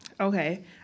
Okay